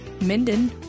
Minden